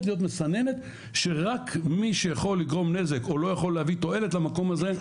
להיות מסננת שרק מי שיכול לגרום נזק או לא יכול להביא תועלת למקום הזה,